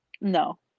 No